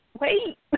Wait